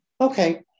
okay